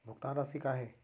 भुगतान राशि का हे?